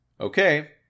okay